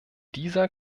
dieser